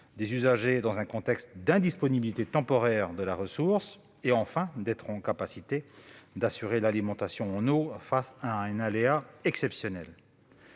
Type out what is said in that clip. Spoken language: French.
des usagers dans un contexte d'indisponibilité temporaire de la ressource ; enfin, être à même d'assurer l'alimentation en eau face à un aléa exceptionnel.